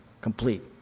complete